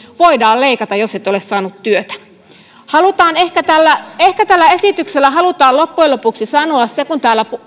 voidaan leikata jos et ole saanut työtä ehkä tällä ehkä tällä esityksellä halutaan loppujen lopuksi sanoa suoraan täällä